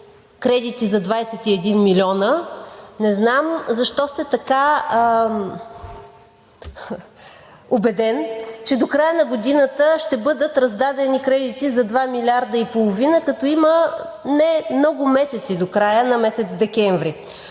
кредити за 21 милиона, не знам защо сте така убеден, че до края на годината ще бъдат раздадени кредити за 2,5 милиарда, като има не много месеци до края на месец декември?